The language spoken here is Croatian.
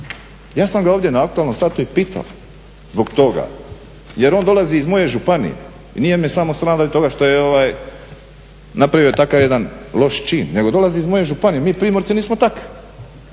Ja sam ga ovdje na aktualnom satu i pitao zbog toga jer on dolazi iz moje županije i nije me samo sram zbog toga što je napravio takav jedan loš čin nego dolazi iz moje županije, mi primorci nismo takvi.